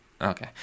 okay